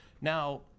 Now